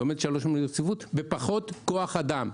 עם פחות כוח אדם.